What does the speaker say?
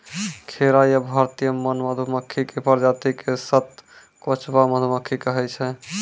खैरा या भारतीय मौन मधुमक्खी के प्रजाति क सतकोचवा मधुमक्खी कहै छै